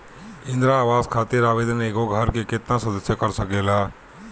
इंदिरा आवास खातिर आवेदन एगो घर के केतना सदस्य कर सकेला?